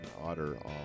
Otter